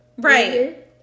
Right